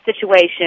situation